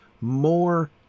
more